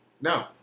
No